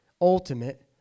ultimate